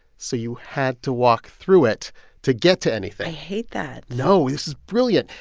so you had to walk through it to get to anything i hate that no, is brilliant.